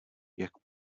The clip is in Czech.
jak